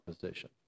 position